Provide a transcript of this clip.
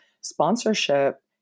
sponsorship